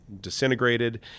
disintegrated